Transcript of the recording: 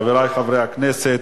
חברי חברי הכנסת,